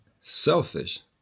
selfish